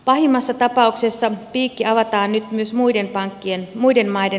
pahimmassa tapauksessa piikki avataan nyt myös muiden maiden pankeille